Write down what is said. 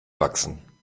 wachsen